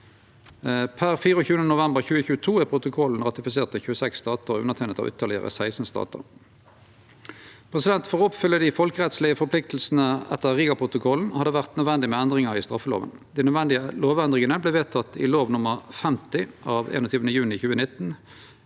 Per 24. november 2022 er protokollen ratifisert av 26 statar og underteikna av ytterlegare 16 statar. For å oppfylle dei folkerettslege forpliktingane etter Rigaprotokollen har det vore nødvendig med endringar i straffeloven. Dei nødvendige lovendringane vart vedtekne i lov nr. 50 av 21. juni 2019,